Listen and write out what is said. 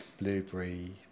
blueberry